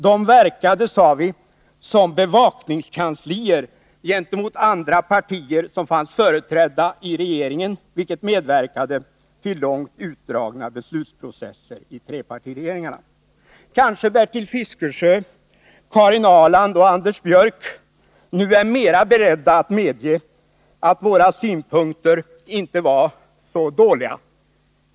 De verkade, sade vi, som bevakningskanslier gentemot andra partier som fanns företrädda i regeringen, vilket medverkade till långt utdragna beslutsprocesser i trepartiregeringarna. Kanske Bertil Fiskesjö, Karin Ahrland och Anders Björck nu är mera beredda att medge att våra synpunkter inte var så dåliga.